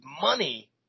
money